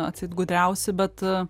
atseit gudriausi bet